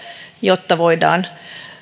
jotta voidaan